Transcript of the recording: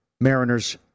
Mariners